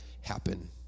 happen